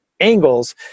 angles